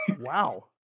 Wow